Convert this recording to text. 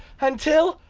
until,